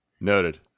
Noted